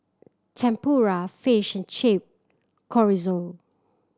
Tempura Fish Chip Chorizo